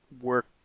work